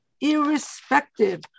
Irrespective